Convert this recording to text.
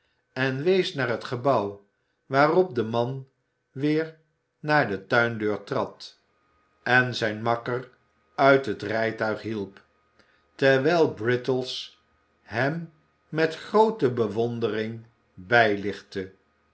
en wees naar j het gebouw waarop de man weer naar de tuindeur trad en zijn makker uit het rijtuig i hielp terwijl brittles hem met groote bewondering bijlichtte